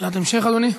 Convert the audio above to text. שאלת המשך, אדוני?